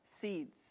seeds